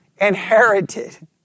inherited